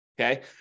okay